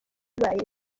bibaye